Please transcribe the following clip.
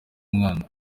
umwana